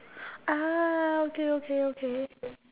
ah okay okay okay